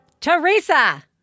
Teresa